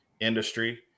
industry